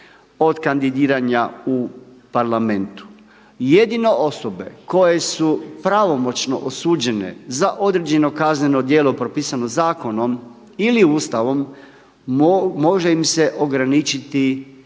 od kandidiranja u parlamentu. Jedino osobe koje su pravomoćno osuđene za određeno kazneno djelo propisano zakonom ili Ustavom, može im se ograničiti i